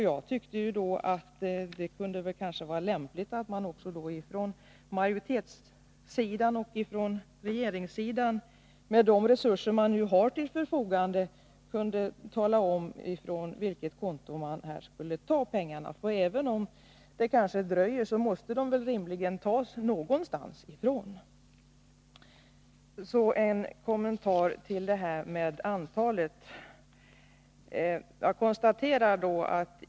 Jag tyckte då att det kanske kunde vara lämpligt att även majoritetssidan och regeringssidan med de resurser som man där har till sitt förfogande talade om från vilket konto man skulle ta pengarna. Även om det kanske dröjer, måste man rimligtvis ta dem någonstans. En kommentar till detta med antalet nämndemän.